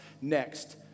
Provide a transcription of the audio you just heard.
next